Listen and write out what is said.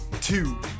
two